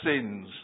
sins